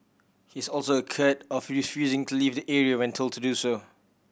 he is also accused of refusing to leave the area when told to do so